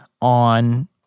on